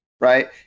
right